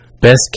Best